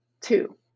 Two